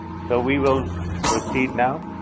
so we will proceed now.